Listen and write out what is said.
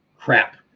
Crap